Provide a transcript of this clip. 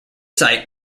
site